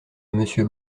monsieur